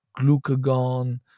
glucagon